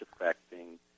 affecting